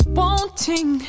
wanting